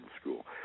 school